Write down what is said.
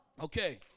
Okay